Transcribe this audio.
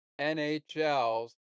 NHL's